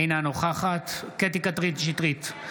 אינה נוכחת קטי קטרין שטרית,